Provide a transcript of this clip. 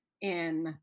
in-